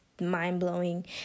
mind-blowing